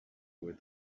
with